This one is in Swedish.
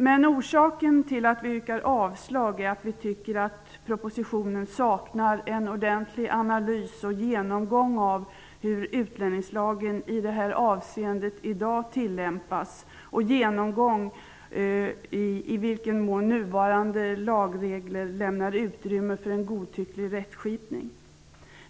Men orsaken till att vi yrkar avslag är att vi tycker att propositionen saknar en ordentlig analys och genomgång av hur utlänningslagen i det här avseendet i dag tillämpas, en genomgång av i vilken nuvarande lagregler lämnar utrymme för en godtycklig rättskipning.